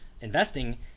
investing